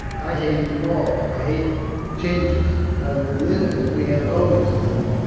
i hate them all i hate changes i would live as we have always lived.